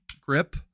grip